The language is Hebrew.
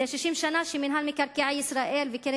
זה 60 שנה שמינהל מקרקעי ישראל וקרן